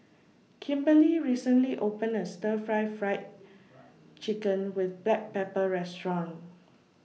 Kimberlie recently opened A Stir Fried Fried Chicken with Black Pepper Restaurant